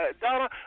Donna